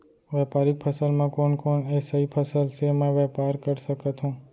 व्यापारिक फसल म कोन कोन एसई फसल से मैं व्यापार कर सकत हो?